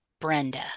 Brenda